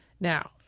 Now